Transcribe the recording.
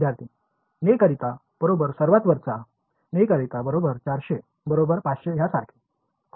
विद्यार्थीः ने करीता बरोबर सर्वात वरचा ने करीता बरोबर 400 बरोबर 500 ह्या सारखे